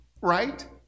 Right